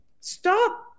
Stop